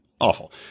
Awful